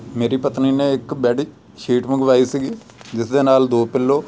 ਮੇਰੀ ਪਤਨੀ ਨੇ ਇੱਕ ਬੈਡ ਸ਼ੀਟ ਮੰਗਵਾਈ ਸੀਗੀ ਜਿਸ ਦੇ ਨਾਲ ਦੋ ਪਿੱਲੋ